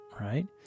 right